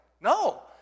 No